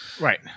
Right